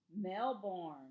Melbourne